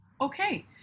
Okay